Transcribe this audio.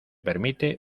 permite